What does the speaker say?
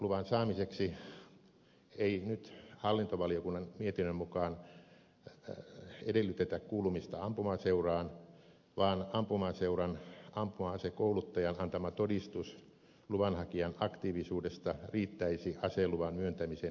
käsiaseluvan saamiseksi ei nyt hallintovaliokunnan mietinnön mukaan edellytetä kuulumista ampumaseuraan vaan ampumaseuran ampuma asekouluttajan antama todistus luvanhakijan aktiivisuudesta riittäisi aseluvan myöntämisen edellytykseksi